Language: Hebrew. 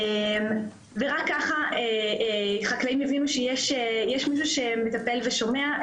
ורק ככה חקלאים יבינו שיש מישהו שמטפל ושומע,